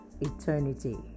eternity